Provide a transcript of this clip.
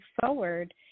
forward